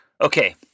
okay